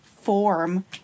form